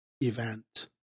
event